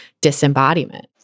disembodiment